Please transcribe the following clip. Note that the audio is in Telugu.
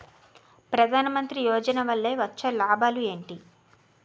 ప్రధాన మంత్రి యోజన వల్ల వచ్చే లాభాలు ఎంటి?